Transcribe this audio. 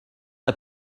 are